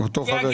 אותו "חבר כנסת".